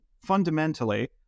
fundamentally